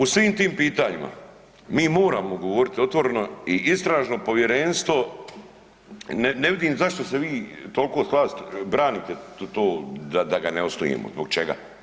U svim tim pitanjima mi moramo govoriti otvoreno i istražno povjerenstvo, ne vidim zašto se vi toliko …/nerazumljivo/… branite to da ga ne osnujemo zbog čega.